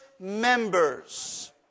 members